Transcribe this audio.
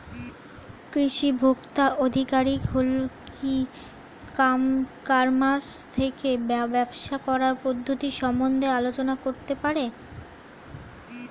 কৃষি ভোক্তা আধিকারিক কি ই কর্মাস থেকে ব্যবসা করার পদ্ধতি সম্বন্ধে আলোচনা করতে পারে?